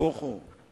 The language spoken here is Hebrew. נהפוך הוא.